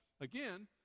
again